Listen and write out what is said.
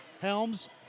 Helms